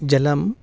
जलम्